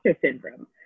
syndrome